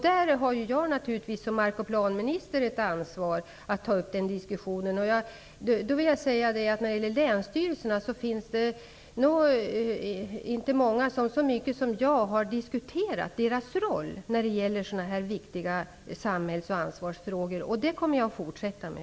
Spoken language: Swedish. Där har jag såsom markoch planminister naturligtvis ett ansvar att ta upp en diskussion. Inte många har på samma sätt som jag har gjort diskuterat länsstyrelsernas roll när det gäller sådana här viktiga samhälls och ansvarsfrågor. Det kommer jag att fortsätta med.